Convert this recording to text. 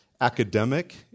academic